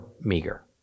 meager